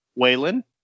Waylon